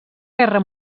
guerra